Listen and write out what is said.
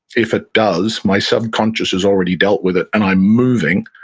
if it does, my subconscious has already dealt with it and i'm moving,